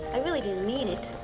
i really didn't mean it.